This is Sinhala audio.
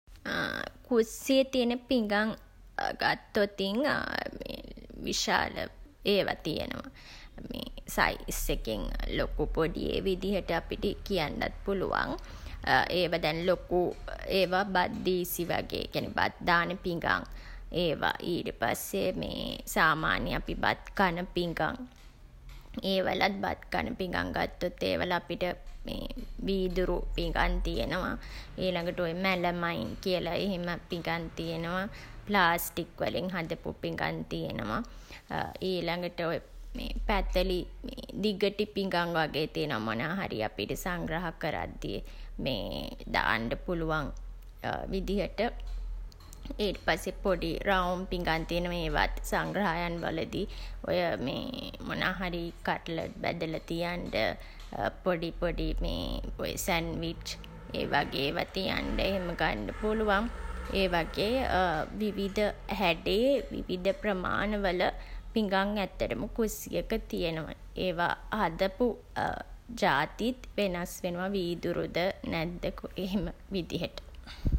කුස්සියේ තියෙන පිඟන් ගත්තොතින් විශාල ඒවා තියනවා. සයිස් එකෙන් ලොකු පොඩි ඒ විදිහට අපිට කියන්ඩත් පුළුවන්. ඒවා දැන් ලොකු ඒවා බත් දීසි වගේ ඒ කියන්නේ බත් දාන පිඟන් ඒවා. ඊට පස්සේ මේ සාමාන්‍ය අපි බත් කන පිඟන්. ඒවලත් බත් කන පිඟන් ගත්තොත් ඒවල අපිට මේ වීදුරු පිඟන් තියනවා. ඊළඟට ඔය මැලමයින් කියලා එහෙම පිඟන් තියනවා. ප්ලාස්ටික් වලින් හදපු පිඟන් තියනවා. ඊළඟට ඔය මේ පැතලි දිගටි පිඟන් වගේ තියනවා. මොනවහරි අපිට සංග්‍රහ කරද්දී මේ දාන්න පුළුවන් විදිහට. ඊට පස්සේ පොඩි රවුම් පිඟන් තියනවා. ඒවත් සංග්‍රහයන් වලදී ඔය මේ මොනාහරි කට්ලට් බැදලා තියන්ඩ පොඩි පොඩි මේ ඔය සැන්විච් ඒ වගේ ඒවා තියන්ඩ එහෙම ගන්ඩ පුළුවන්. ඒ වගේ විවිධ හැඩේ ඉඩ ප්‍රමාණවල පිඟන් ඇත්තටම කුස්සියක තියනවා. ඒවා හදපු ජාතිත් වෙනස් වෙනවා වීදුරු ද නැද්ද එහෙම විදිහට.